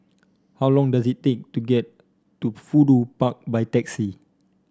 how long does it take to get to Fudu Park by taxi